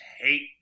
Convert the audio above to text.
hate